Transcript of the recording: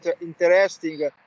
interesting